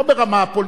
לא ברמה הפוליטית,